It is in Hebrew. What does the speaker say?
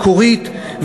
מקורית,